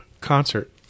concert